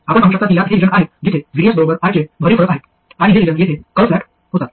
आपण पाहू शकता की यात हे रिजन आहेत जिथे VDS बरोबर I चे भरीव फरक आहेत आणि हे रिजन जेथे कर्व फ्लॅट होतात